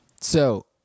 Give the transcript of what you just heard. So-